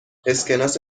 اسکناس